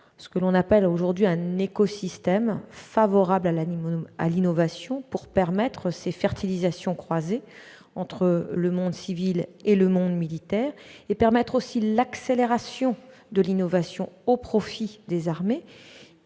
ce qu'on appelle aujourd'hui un écosystème favorable à l'innovation afin de permettre des fertilisations croisées entre le monde civil et le monde militaire. Il s'agit également de permettre l'accélération de l'innovation au profit des armées,